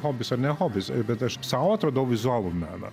hobis ar ne hobis bet aš sau atradau vizualų meną